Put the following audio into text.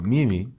Mimi